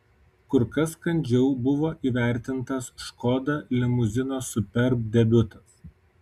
kur kas kandžiau buvo įvertintas škoda limuzino superb debiutas